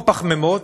או פחמימות,